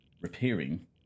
repairing